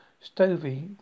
Stovey